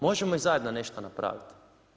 Možemo i zajedno nešto napraviti.